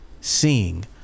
seeing